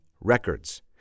records